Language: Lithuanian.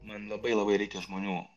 man labai labai reikia žmonių